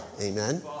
Amen